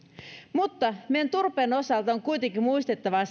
mutta meidän on turpeen osalta kuitenkin muistettava